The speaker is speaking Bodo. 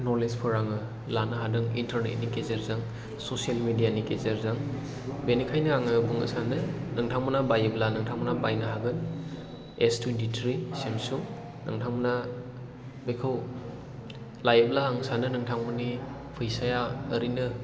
न'लेज फोर आङो लानो हादों इन्टार्नेट नि गेजेरजों ससियेल मिडिया नि गेजेरजों बेनिखायनो आङो बुंनो सानो नोंथांमोना बायोब्ला नोंथांमोना बायनो हागोन एस टुवेन्टिथ्रि सामसं नोंथांमोना बेखौ लायोब्ला आं सानो नोंथांमोननि फैसाया ओरैनो